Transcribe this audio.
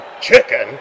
chicken